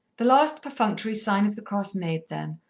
the last perfunctory sign of the cross made then,